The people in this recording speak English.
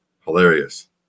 hilarious